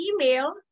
email